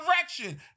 direction